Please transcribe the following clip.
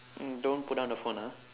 no don't put down the phone ah